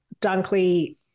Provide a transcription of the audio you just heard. Dunkley